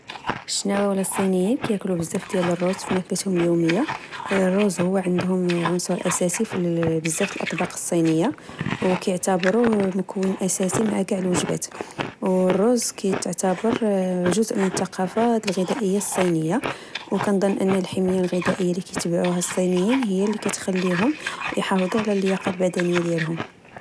الشناوا ولا الصينيين، كياكلو بزاف ديال الروز فماكلتهم اليومية. الروز هو عندهم عنصر أساسي فبزاف من الأطباق الصينية، ، وكيعتابروه مكون أساسي مع چاع الوجبات و الروز كتعتبر جزء من الثقافة الغذائية الصينية. وكنظن أن الحمية الغذائية لكتبوها الصينيين هي لكتخليهم يحافظوعلى اللياقة البدنية ديالهم